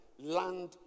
Land